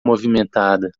movimentada